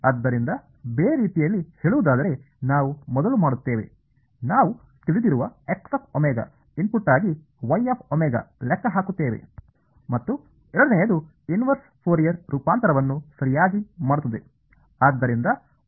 ಆದ್ದರಿಂದ ಬೇರೆ ರೀತಿಯಲ್ಲಿ ಹೇಳುವುದಾದರೆ ನಾವು ಮೊದಲು ಮಾಡುತ್ತೇವೆ ನಾವು ತಿಳಿದಿರುವ ಇನ್ಪುಟ್ಗಾಗಿ ಲೆಕ್ಕ ಹಾಕುತ್ತೇವೆ ಮತ್ತು ಎರಡನೆಯದು ಇನ್ವರ್ಸ್ ಫೋರಿಯರ್ ರೂಪಾಂತರವನ್ನು ಸರಿಯಾಗಿ ಮಾಡುತ್ತದೆ